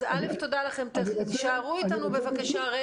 אז תודה לכם, ותישארו איתנו, כי